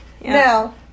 Now